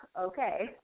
okay